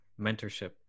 mentorship